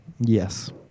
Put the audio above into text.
yes